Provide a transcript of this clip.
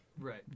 Right